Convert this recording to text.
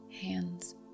hands